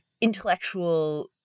intellectual